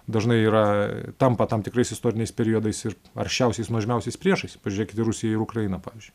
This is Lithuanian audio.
dažnai yra tampa tam tikrais istoriniais periodais ir aršiausiais nuožmiausiais priešais pažiūrėkit į rusiją ir ukrainą pavyzdžiui